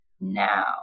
now